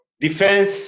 defense